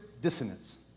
dissonance